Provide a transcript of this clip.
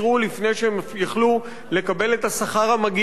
לקבל את השכר המגיע להם מהמעבידים שלהם,